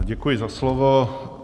Děkuji za slovo.